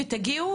ותגיעו,